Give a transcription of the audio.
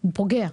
זה פוגע.